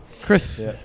Chris